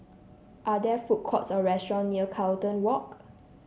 are there food courts or restaurant near Carlton Walk